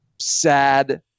sad